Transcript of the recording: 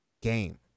game